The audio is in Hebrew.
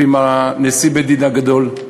ועם נשיא בית-הדין הגדול,